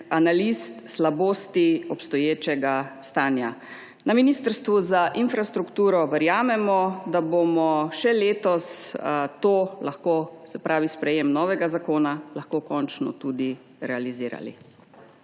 analiz, slabosti obstoječega stanja. Na Ministrstvu za infrastrukturo verjamemo, da bomo še letos lahko sprejetje novega zakona končno tudi realizirali.